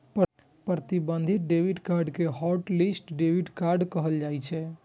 प्रतिबंधित debit card कें hotlist debit card कहल जाइ छै